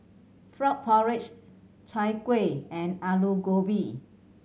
frog porridge Chai Kuih and Aloo Gobi